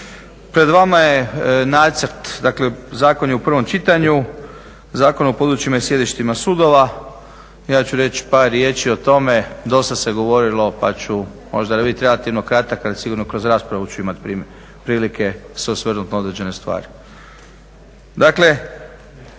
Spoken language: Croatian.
pred vama je nacrt, dakle zakon je u prvom čitanju, Zakon o područjima i sjedištima sudova, ja ću reći par riječi o tome. Dosta se govorili pa ću možda biti relativno kratak ali sigurno kroz raspravu ću imati prilike se osvrnuti na određene stvari.